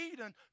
Eden